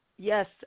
Yes